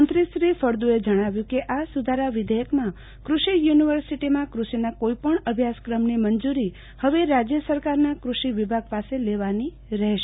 મંત્રીશ્રી ફળદુએ જજ્ઞાવ્યું કે આ સુધારા વિદેયકમાં કૃષિ યુનિવર્સિટીમાં કૃષિના કોઈપણ અભ્યાસક્રમની મંજૂરી હવે રાજય સરકારના ક્રષિ વિભાગ પાસે લેવાની રહેશે